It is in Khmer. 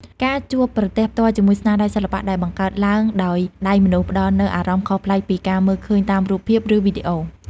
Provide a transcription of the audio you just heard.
ការជួបប្រទះផ្ទាល់ជាមួយស្នាដៃសិល្បៈដែលបង្កើតឡើងដោយដៃមនុស្ស ផ្តល់នូវអារម្មណ៍ខុសប្លែកពីការមើលឃើញតាមរូបភាព ឬវីដេអូ។